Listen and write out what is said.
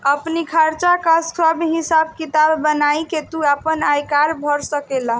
आपनी खर्चा कअ सब हिसाब किताब बनाई के तू आपन आयकर भर सकेला